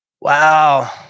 Wow